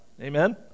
amen